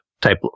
type